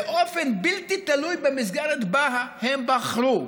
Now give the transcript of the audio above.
באופן בלתי תלוי במסגרת שבה בחרו.